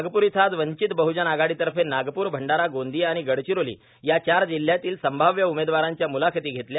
नागपूर इथं आज वंचित बहजन आघाडीतर्फे नागप्र भंडारा गोंदिया आणि गडचिरोली या चार जिल्हयातील संभाव्य उमेदवारांच्या मुलाखती घेतल्या